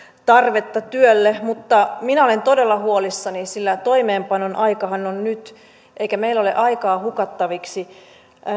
tarvetta työlle mutta minä olen todella huolissani sillä toimeenpanon aikahan on nyt eikä meillä ole aikaa hukattavaksi